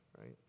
right